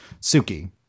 Suki